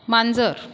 मांजर